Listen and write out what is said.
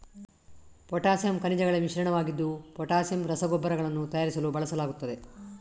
potassium ಖನಿಜಗಳ ಮಿಶ್ರಣವಾಗಿದ್ದು potassium ರಸಗೊಬ್ಬರಗಳನ್ನು ತಯಾರಿಸಲು ಬಳಸಲಾಗುತ್ತದೆ